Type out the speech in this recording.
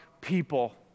people